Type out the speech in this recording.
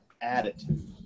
attitude